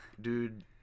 dude